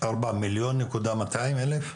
ארבע מיליון ומאתיים אלף?